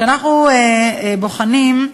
כשאנחנו בוחנים,